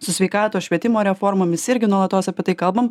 su sveikatos švietimo reformomis irgi nuolatos apie tai kalbam